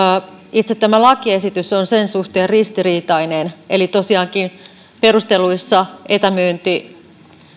itse tämä lakiesitys on sen suhteen ristiriitainen eli tosiaankin perusteluissa etämyynti